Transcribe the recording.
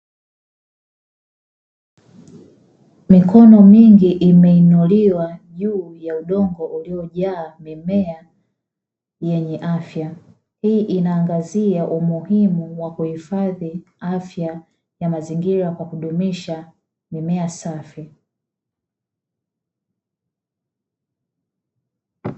Mikono mingi imeinuliwa juu ya udongo uliojaa mimea yenye afya, hii inaangazia umuhimu wa kuhifadhi afya ya mazingira kwa kudumisha mimea safi.